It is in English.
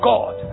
God